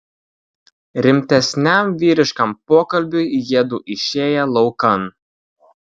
rimtesniam vyriškam pokalbiui jiedu išėję laukan